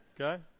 Okay